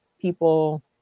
people